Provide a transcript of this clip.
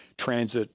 transit